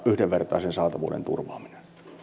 yhdenvertaisen saatavuuden turvaaminen